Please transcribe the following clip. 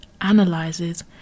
analyzes